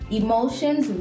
emotions